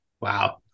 Wow